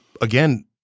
again